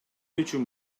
үчүн